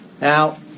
Now